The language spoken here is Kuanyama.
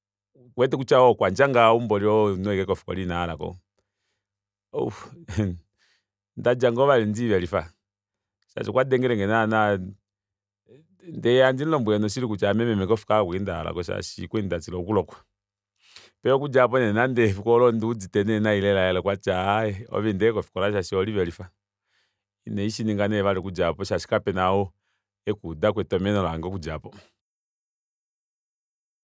Okuwete kutya ou okwandjanga ou mboli omunhu ashike kofikola inahalako ohh okudja aapo inandilivelifa vali shaashi okwadengelenge naana ndee handi mulombwele noshili kutya ame meme kofikola kakwali ashike ndahalaka shaashi okwali ndatila okulokwa paife okudja aapo neenande onduudite nai lela lela okwati aaye ove inda ashike kofikola shaashi oholivelifa inandishininga nee vali shaashi kapena ou akaudako etomeno lange okudja aapo